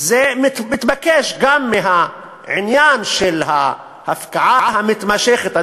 זה מתבקש גם מהעניין של ההפקעה המתמשכת.